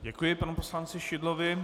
Děkuji panu poslanci Šidlovi.